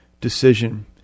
decision